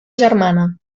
germana